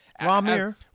Ramir